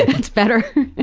it's better.